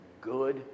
Good